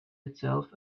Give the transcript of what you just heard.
itself